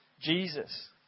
Jesus